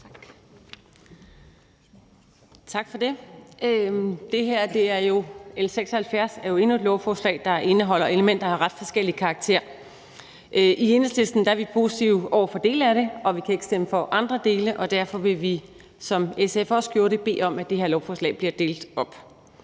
Tak for det. L 76 er jo endnu et lovforslag, der indeholder elementer af ret forskellig karakter. I Enhedslisten er vi positive over for dele af det, mens vi ikke kan stemme for andre dele, og derfor vil vi, ligesom SF også gjorde det, bede om, at det her lovforslag bliver delt op.